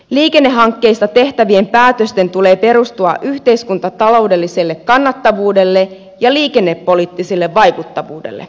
liikennehankkeista tehtävien päätösten tulee perustua yhteiskuntataloudelliselle kannattavuudelle ja liikennepoliittiselle vaikuttavuudelle